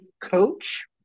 coach